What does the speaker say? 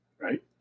right